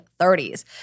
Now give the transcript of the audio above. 30s